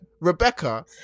Rebecca